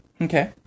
Okay